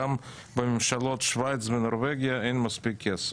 גם לממשלות בשוויץ ובנורבגיה אין מספיק כסף.